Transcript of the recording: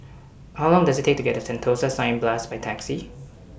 How Long Does IT Take to get to Sentosa Cineblast By Taxi